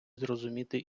зрозуміти